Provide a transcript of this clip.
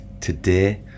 today